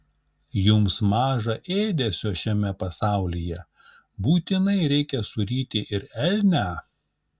jums maža ėdesio šiam pasaulyje būtinai reikia suryti ir elnią